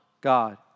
God